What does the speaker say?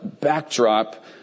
backdrop